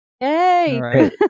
Yay